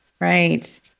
Right